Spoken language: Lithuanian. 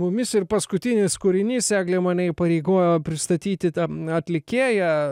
mumis ir paskutinis kūrinys eglė mane įpareigojo pristatyti tą atlikėją